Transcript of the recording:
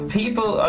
people